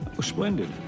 splendid